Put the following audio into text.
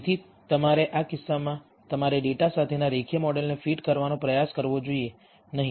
તેથી તમારે આ કિસ્સામાં તમારે ડેટા સાથેના રેખીય મોડેલને ફીટ કરવાનો પ્રયાસ કરવો જોઈએ નહીં